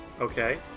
Okay